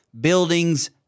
buildings